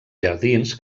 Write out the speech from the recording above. jardins